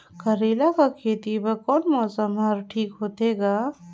करेला कर खेती बर कोन मौसम हर ठीक होथे ग?